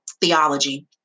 theology